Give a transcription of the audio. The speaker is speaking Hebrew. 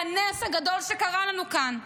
הנס הגדול שקרה לנו כאן.